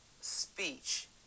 speech